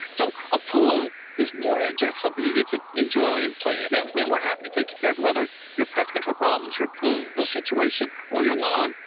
so a pool is more than just something you get to enjoy and play in and we're happy to take you there, whether it's your pest control problems, your pool pool situation or your lawn,